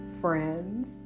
friends